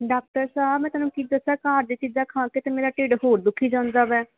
doctor ਸਾਹਿਬ ਮੈਂ ਤੁਹਾਨੂੰ ਕੀ ਦੱਸਾ ਘਰ ਦੀਆਂ ਚੀਜ਼ਾਂ ਖਾ ਕੇ ਤੇ ਮੇਰਾ ਢਿੱਡ ਹੋਰ ਦੁਖੀ ਜਾਂਦਾ ਵੈ